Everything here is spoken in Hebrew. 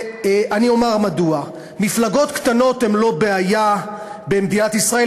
אני אומר מדוע: מפלגות קטנות הן לא הבעיה במדינת ישראל,